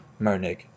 Mernig